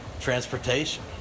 transportation